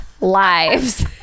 lives